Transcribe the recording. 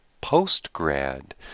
Post-Grad